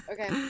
Okay